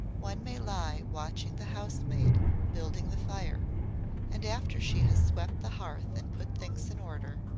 one may lie watching the housemaid building the fire and after she has swept the hearth and put things in order,